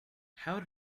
how